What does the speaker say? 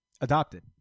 Adopted